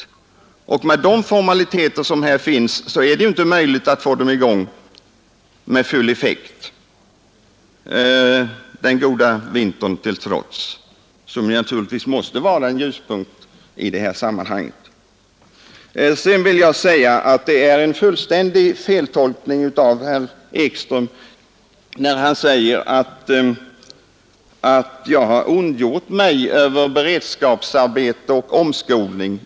Med hänsyn till formaliteterna är det inte möjligt att få full effekt av dem den goda vintern till trots — den måste naturligtvis vara en ljuspunkt i det här sammanhanget. Det är en feltolkning herr Ekström gör när han säger att jag har ondgjort mig över beredskapsarbeten och omskolning.